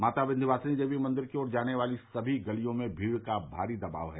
माता विन्ध्यवासिनी देवी मंदिर की ओर जाने वाली समी गलियों में भीड़ का भारी दबाव है